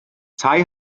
tai